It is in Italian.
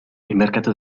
mercato